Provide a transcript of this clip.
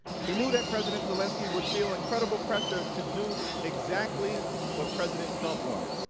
he knew that president zelensky would feel incredible pressure to do exactly what president trump wanted.